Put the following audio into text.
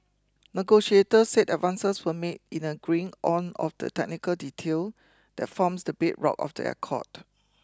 negotiators said advances were made in agreeing on of the technical detail that forms the bedrock of the accord